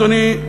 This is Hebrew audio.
אדוני,